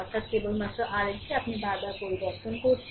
অর্থাৎ কেবলমাত্র RL কে আপনি বারবার পরিবর্তন করছেন